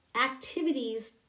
activities